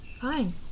Fine